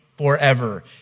forever